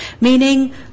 Meaning